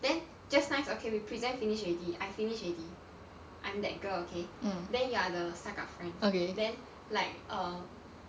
then just nice okay we present finish already I finish already I am that girl okay then you are the suck up friend then like um